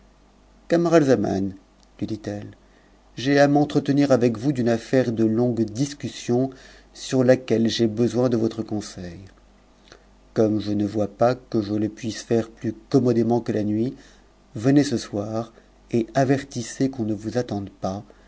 camaralzaman lui dit-elle j'ai à m entretenir avec vous d'une affaire de longue discussion sur laquelle j'ai besoin de votre conseil comme je ne vois pas que je le puisse faire plus commodément que la nuit venez ce soir et avertissez qu'on ne vous attende pas